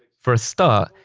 for a start,